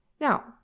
Now